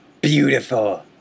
beautiful